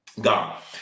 God